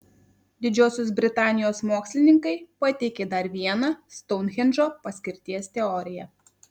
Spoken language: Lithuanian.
didžiosios britanijos mokslininkai pateikė dar vieną stounhendžo paskirties teoriją